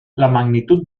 magnitud